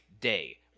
day